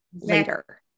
later